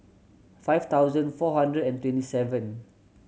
five thousand four hundred and twenty seven